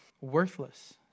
worthless